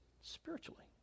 spiritually